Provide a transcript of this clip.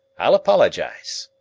i'll apologize.